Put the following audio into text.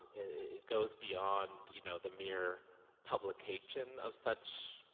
it goes beyond, you know, the mere publication of such,